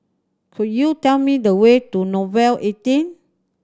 could you tell me the way to Nouvel eighteen